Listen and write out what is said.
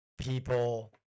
People